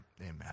amen